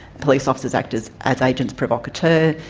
police officers act as as agent provocateur,